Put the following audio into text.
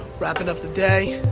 wrapping up the day.